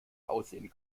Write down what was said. aussehen